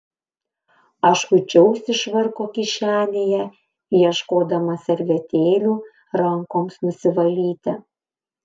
aš kuičiausi švarko kišenėse ieškodamas servetėlių rankoms nusivalyti